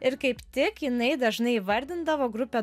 ir kaip tik jinai dažnai įvardindavo grupę